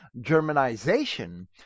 Germanization